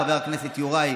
חבר הכנסת יוראי.